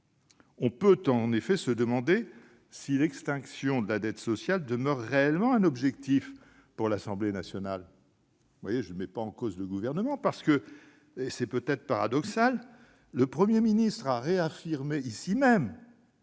On peut en effet se demander si l'extinction de la dette sociale demeure réellement un objectif pour l'Assemblée nationale. Je ne mets pas en cause le Gouvernement. Il semble en effet paradoxal que le Premier ministre ait réaffirmé devant